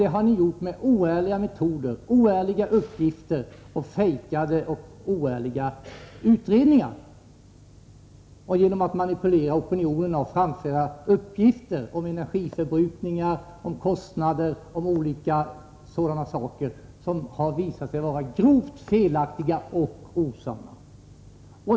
Det har ni gjort med oärliga metoder, oärliga uppgifter, ”fejkade” och oärliga utredningar och genom att manipulera opinionen och framföra uppgifter om energiförbrukning, kostnader 0. d. som visat sig vara grovt felaktiga och osanna.